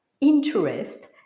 interest